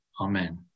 Amen